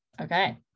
okay